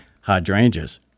hydrangeas